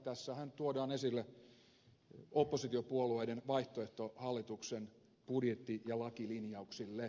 tässähän tuodaan esille oppositiopuolueiden vaihtoehto hallituksen budjetti ja lakilinjauksille